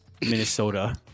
Minnesota